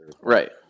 Right